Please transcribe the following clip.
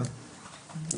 הבנת?